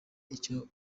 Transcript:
icyo